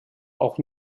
auch